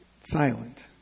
silent